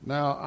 Now